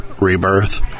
Rebirth